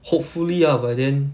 hopefully ah by then